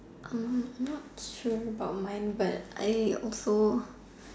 not sure about mine but I also